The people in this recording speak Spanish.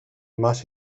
más